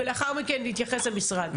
ולאחר מכן יתייחס המשרד.